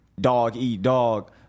dog-eat-dog